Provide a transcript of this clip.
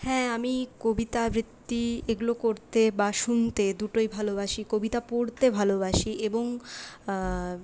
হ্যাঁ আমি কবিতা আবৃত্তি এগুলো করতে বা শুনতে দুটোই ভালোবাসি কবিতা পড়তে ভালোবাসি এবং